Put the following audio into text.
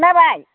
खोनाबाय